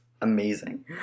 amazing